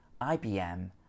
ibm